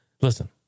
listen